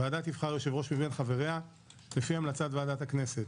הוועדה תבחר יושב-ראש מבין חבריה לפי המלצת ועדת הכנסת.